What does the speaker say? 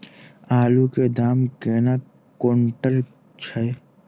आलु केँ दाम केना कुनटल छैय?